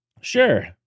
Sure